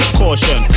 caution